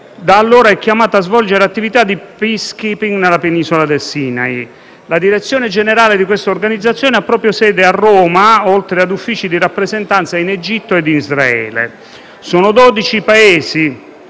da allora è chiamata a svolgere attività di *peacekeeping* nella penisola del Sinai. La direzione generale di questa organizzazione ha sede proprio a Roma, oltre ad avere uffici di rappresentanza in Egitto e Israele. Sono 12 i Paesi